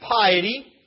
piety